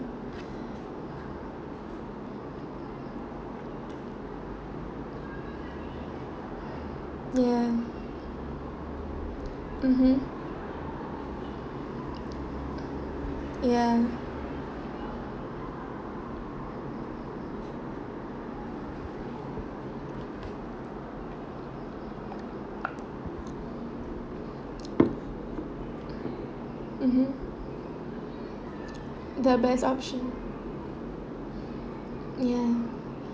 ya mmhmm ya mmhmm the best option ya